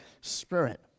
Spirit